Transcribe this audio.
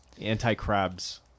Anti-crabs